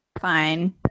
Fine